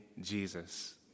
Jesus